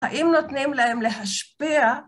‫האם נותנים להם להשפיע?